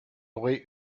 aurait